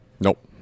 Nope